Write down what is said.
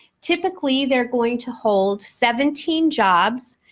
typically, they're going to hold seventeen jobs.